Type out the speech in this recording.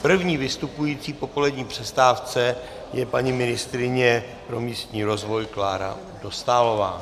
První vystupující po polední přestávce je paní ministryně pro místní rozvoj Klára Dostálová.